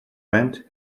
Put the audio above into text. went